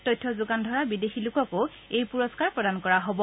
তথ্য যোগান ধৰা বিদেশী লোককো এই পুৰস্থাৰ প্ৰদান কৰা হ'ব